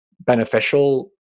beneficial